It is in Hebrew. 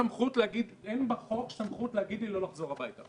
אין בחוק סמכות להגיד לי לא לחזור הביתה.